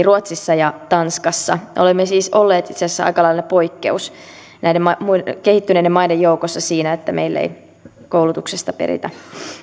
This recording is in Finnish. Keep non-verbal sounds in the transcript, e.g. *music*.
*unintelligible* ruotsissa ja tanskassa olemme siis olleet itse asiassa aika lailla poikkeus näiden kehittyneiden maiden joukossa siinä että meillä ei koulutuksesta peritä